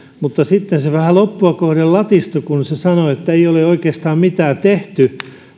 mutta sitten se vähän loppua kohden latistui kun hän sanoi että ei ole oikeastaan mitään tehty